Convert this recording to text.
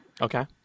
Okay